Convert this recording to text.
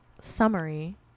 summary